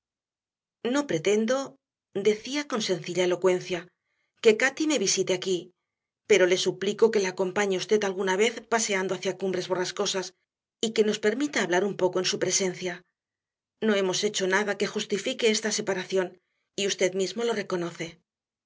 no pretendo decía con sencilla elocuencia que cati me visite aquí pero le suplico que la acompañe usted alguna vez paseando hacia cumbres borrascosas y que nos permita hablar un poco en su presencia no hemos hecho nada que justifique esta separación y usted mismo lo reconoce